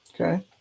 Okay